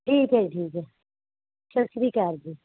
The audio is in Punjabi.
ਠੀਕ ਹੈ ਜੀ ਠੀਕ ਹੈ ਸਤਿ ਸ਼੍ਰੀ ਅਕਾਲ ਜੀ